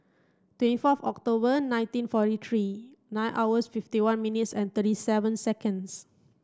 twenty four October nineteen forty three nine hours fifty one minutes and thirty seven seconds